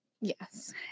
yes